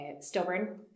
stubborn